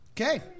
Okay